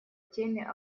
теме